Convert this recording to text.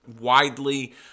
widely